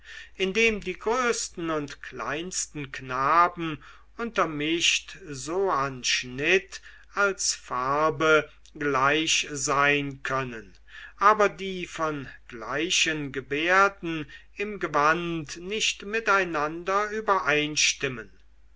indem die kleinsten und größten knaben untermischt so an schnitt als farbe gleich sein können aber die von gleichen gebärden im gewand nicht miteinander übereinstimmen